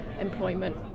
employment